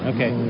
Okay